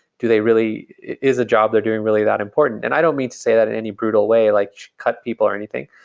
do they really is a job they're doing really that important? and i don't mean to say that in any brutal way, like cut people or anything.